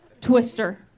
Twister